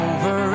Over